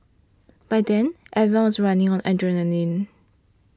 by then everyone was running on adrenaline